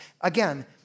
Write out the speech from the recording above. Again